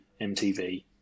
MTV